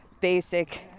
basic